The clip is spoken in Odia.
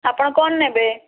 ଆପଣ କ'ଣ ନେବେ